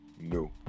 No